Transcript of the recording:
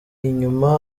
inyuma